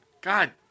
God